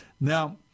Now